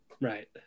Right